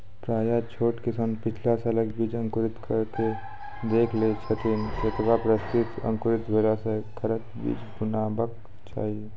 प्रायः छोट किसान पिछला सालक बीज अंकुरित कअक देख लै छथिन, केतबा प्रतिसत अंकुरित भेला सऽ घरक बीज बुनबाक चाही?